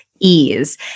ease